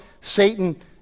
Satan